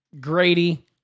Grady